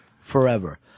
forever